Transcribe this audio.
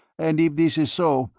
and if this is so,